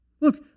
Look